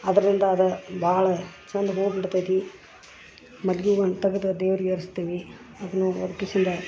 ಅದರಿಂದ ಅದು ಭಾಳ ಚಂದ ಹೂ ಬಿಡ್ತೆತಿ ಮಲ್ಲಿಗಿ ಹೂವನ ತಗದು ದೇವ್ರ್ಗ ಏರ್ಸ್ತೀವಿ ಅದುನ್ನು ಅದಕ್ಕೆ ಸಿಂಗಾರ